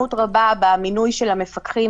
שונות רבה במינוי של המפקחים,